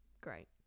Great